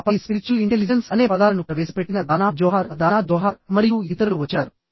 ఆపై spiritual intelligence అనే పదాలను ప్రవేశపెట్టిన దానాహ్ జోహార్ మరియు ఇతరులు వచ్చారు